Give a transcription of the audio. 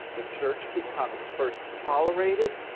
the church becomes first tolerated,